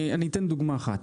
אני אתן דוגמה אחת.